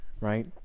right